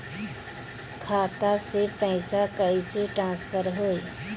खाता से पैसा कईसे ट्रासर्फर होई?